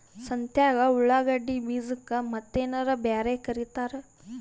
ಸಂತ್ಯಾಗ ಉಳ್ಳಾಗಡ್ಡಿ ಬೀಜಕ್ಕ ಮತ್ತೇನರ ಬ್ಯಾರೆ ಕರಿತಾರ?